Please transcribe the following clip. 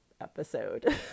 episode